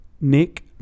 Nick